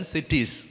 Cities